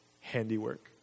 handiwork